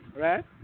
Right